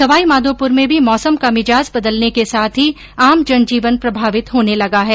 सवाईमाधोपुर में भी मौसम का मिजाज बदलने के साथ ही आम जनजीवन प्रभावित होने लगा है